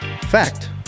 Fact